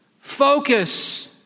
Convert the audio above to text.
focus